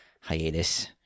hiatus